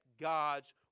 God's